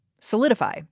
Solidify